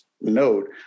note